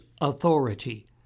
authority